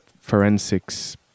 forensics